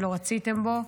שלא רציתם בו.